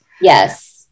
Yes